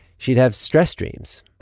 she'd have stress dreams